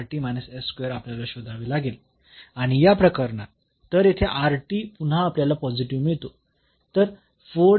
तर पुन्हा हे आपल्याला शोधावे लागेल आणि या प्रकरणात तर येथे पुन्हा आपल्याला पॉझिटिव्ह मिळतो